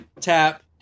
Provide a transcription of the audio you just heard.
tap